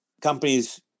companies